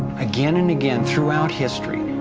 again and again, throughout history,